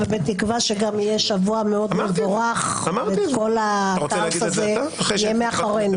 ובתקווה שיהיה גם שבוע מאוד מבורך וכל הכאוס הזה יהיה מאחורינו.